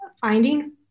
finding